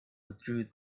withdrew